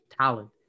talent